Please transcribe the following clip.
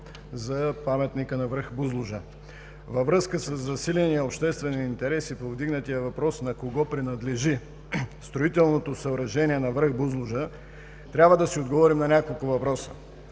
за паметника на връх Бузлуджа. Във връзка със засиления обществен интерес и повдигнатия въпрос на кого принадлежи строителното съоръжение на връх Бузлуджа трябва да си отговорим на няколко въпроса: